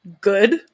good